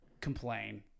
complain